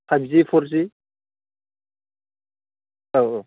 फाइभजि फरजि औ औ